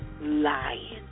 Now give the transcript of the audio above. lying